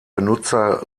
benutzer